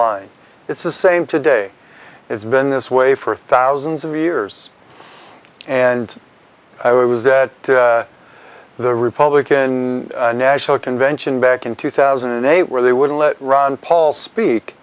line it's the same today it's been this way for thousands of years and i was that the republican national convention back in two thousand and eight where they wouldn't let ron paul